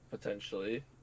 Potentially